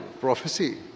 prophecy